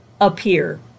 appear